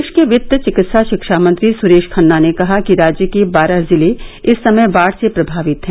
प्रदेश के वित्त चिकित्सा शिक्षा मंत्री सुरेश खन्ना ने कहा कि राज्य के बारह जिले इस समय बाढ़ से प्रभावित हैं